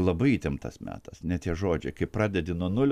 labai įtemptas metas ne tie žodžiai kai pradedi nuo nulio